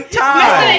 time